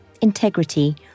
integrity